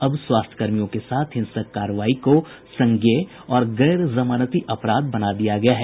अब स्वास्थ्य कर्मियों के साथ हिंसक कार्रवाई को संज्ञेय और गैर जमानती अपराध बना दिया गया है